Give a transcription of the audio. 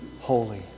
holy